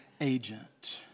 agent